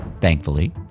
Thankfully